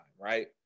Right